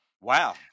wow